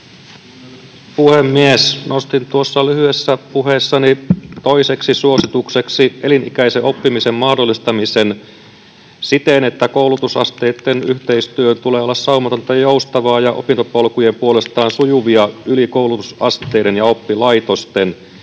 puhemies! Nostin tuossa lyhyessä puheessani toiseksi suositukseksi elinikäisen oppimisen mahdollistamisen siten, että koulutusasteitten yhteistyön tulee olla saumatonta ja joustavaa ja opintopolkujen puolestaan sujuvia yli koulutusasteiden ja oppilaitosten,